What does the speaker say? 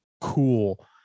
cool